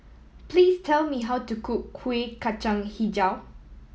please tell me how to cook Kuih Kacang Hijau